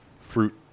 fruit